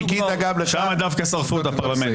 חיכית --- שם דווקא שרפו את הפרלמנט,